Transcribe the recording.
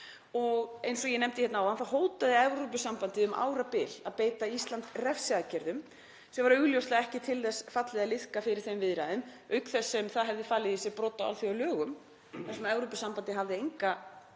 og eins og ég nefndi hérna áðan hótaði Evrópusambandið um árabil að beita Ísland refsiaðgerðum, sem var augljóslega ekki til þess fallið að liðka fyrir þeim viðræðum, auk þess sem það hefði falið í sér brot á alþjóðalögum þar sem Evrópusambandið hafði engan